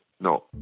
No